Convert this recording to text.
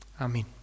Amen